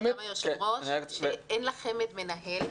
אין לחמ"ד מנהל,